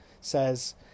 says